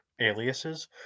aliases